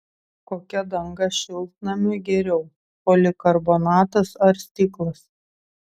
kokia danga šiltnamiui geriau polikarbonatas ar stiklas